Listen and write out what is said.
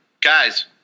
Guys